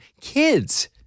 kids